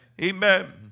Amen